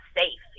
safe